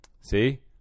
see